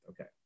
okay